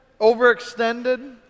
overextended